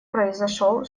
произошёл